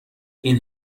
این